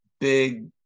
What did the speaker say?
big